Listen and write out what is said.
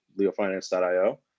leofinance.io